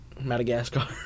Madagascar